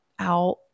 out